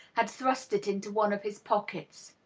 had thrust it into one of his pockets.